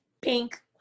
pink